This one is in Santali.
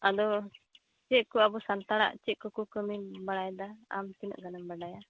ᱟᱫᱚ ᱪᱮᱫ ᱠᱚ ᱟᱵᱚ ᱥᱟᱱᱛᱟᱲᱟᱜ ᱪᱮᱫ ᱠᱚᱠᱚ ᱠᱟᱹᱢᱤ ᱵᱟᱲᱟᱭᱮᱫᱟ ᱟᱢ ᱛᱤᱱᱟᱹᱜ ᱜᱟᱱᱮᱢ ᱵᱟᱰᱟᱭᱟ